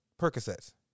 Percocets